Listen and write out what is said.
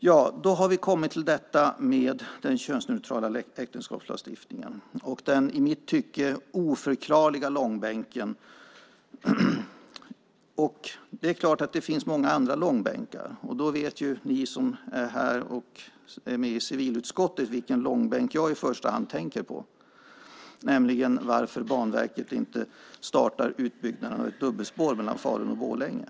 Nu kommer jag till frågan om en könsneutral äktenskapslagstiftning och till den i mitt tycke oförklarliga långbänken. Det finns helt klart många andra långbänkar. Ni som finns här och som sitter i civilutskottet vet vilken långbänk jag i första hand tänker på, nämligen den om varför Banverket inte startar utbyggnaden av ett dubbelspår mellan Falun och Borlänge.